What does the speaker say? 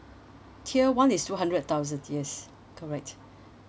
tier one is two hundred thousands yes correct